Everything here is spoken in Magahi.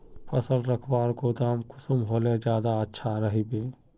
फसल रखवार गोदाम कुंसम होले ज्यादा अच्छा रहिबे?